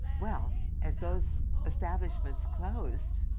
well, as those establishments closed,